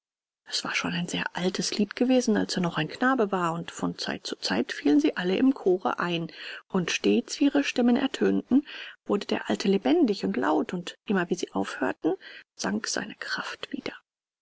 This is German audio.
es war schon ein sehr altes lied gewesen als er noch ein knabe war und von zeit zu zeit fielen sie alle im chore ein und stets wie ihre stimmen ertönten wurde der alte lebendig und laut und immer wie sie aufhörten sank seine kraft wieder